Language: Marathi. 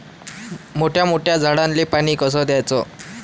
मोठ्या मोठ्या झाडांले पानी कस द्याचं?